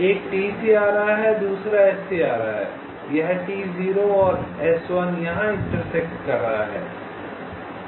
एक T से आ रहा है और दूसरा S से आ रहा है यह T0 और S1 यहाँ इंटरसेक्ट कर रहा है